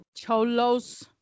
Cholos